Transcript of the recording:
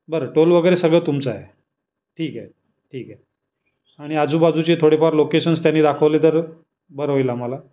बरं टोल वगैरे सगळं तुमचं आहे ठीक आहे ठीक आहे आणि आजूबाजूचे थोडेफार लोकेशन्स त्यांनी दाखवले तर बरं होईल आम्हाला